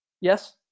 Yes